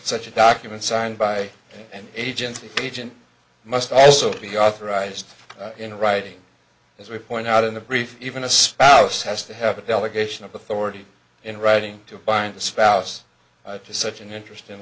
such a document signed by an agency agent must also be authorized in writing as we point out in the brief even a spouse has to have a delegation of authority in writing to bind the spouse to such an interest in